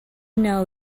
know